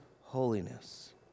holiness